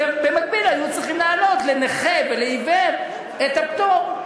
במקביל היו צריכים להעלות לנכה ולעיוור את הפטור.